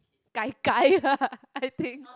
kai kai I think